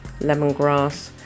lemongrass